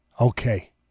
okay